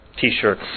t-shirt